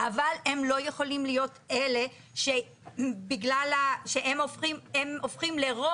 אבל הם לא יכולים להיות אלה שבגלל שהם הופכים לרוב,